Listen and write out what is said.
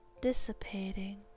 dissipating